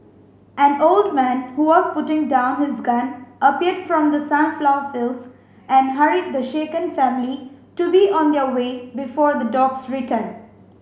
an old man who was putting down his gun appeared from the sunflower fields and hurried the shaken family to be on their way before the dogs return